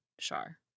Shar